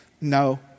No